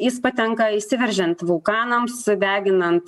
jis patenka išsiveržiant vulkanams deginant